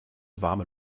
warme